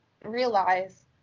Realize